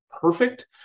perfect